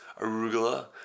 arugula